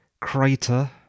crater